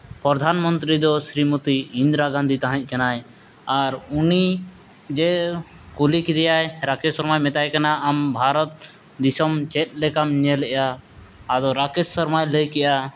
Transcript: ᱯᱨᱚᱫᱷᱟᱱᱢᱚᱱᱛᱨᱤ ᱫᱚ ᱥᱨᱤᱢᱚᱛᱚ ᱤᱱᱫᱨᱟ ᱜᱟᱱᱫᱷᱤ ᱛᱟᱦᱮᱸ ᱠᱟᱱᱟᱭ ᱟᱨ ᱩᱱᱤ ᱡᱮ ᱠᱩᱞᱤ ᱠᱮᱫᱮᱭᱟᱭ ᱨᱟᱠᱮᱥ ᱥᱚᱨᱢᱟᱭ ᱢᱮᱛᱟᱭ ᱠᱟᱱᱟ ᱟᱢ ᱵᱷᱟᱨᱚᱛ ᱫᱤᱥᱚᱢ ᱪᱮᱫ ᱞᱮᱠᱟᱢ ᱧᱮᱞᱮᱜᱼᱟ ᱟᱫᱚ ᱨᱟᱠᱮᱥ ᱥᱚᱨᱢᱟᱭ ᱞᱮᱭ ᱠᱮᱜᱼᱟ